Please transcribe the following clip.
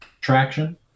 traction